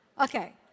Okay